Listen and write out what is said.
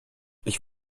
ich